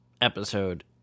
episode